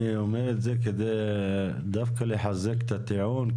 אני אומר את זה כדי דווקא לחזק את הטיעון ,